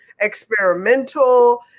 experimental